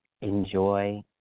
Enjoy